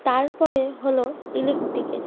তার পরে হলো ইলেকট্রিকের